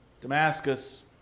Damascus